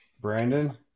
Brandon